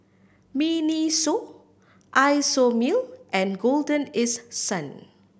MINISO Isomil and Golden East Sun